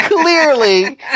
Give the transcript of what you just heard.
Clearly